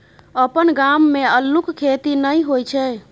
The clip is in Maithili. अपन गाम मे अल्लुक खेती नहि होए छै